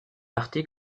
parti